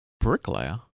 Bricklayer